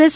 S